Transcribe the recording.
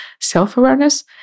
self-awareness